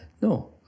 no